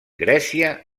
grècia